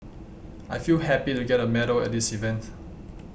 I feel happy to get a medal at this event